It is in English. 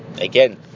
Again